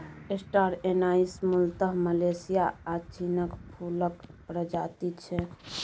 star anise मुलतः Malaysia आ चीनक फुलक प्रजाति छै